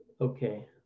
Okay